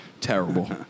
Terrible